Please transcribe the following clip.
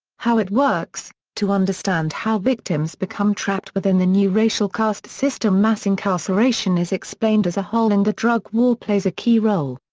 how it works to understand how victims become trapped within the new racial caste system mass incarceration is explained as a whole and the drug war plays a key role.